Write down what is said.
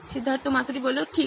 সিদ্ধার্থ মাতুরি ঠিক